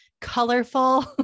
colorful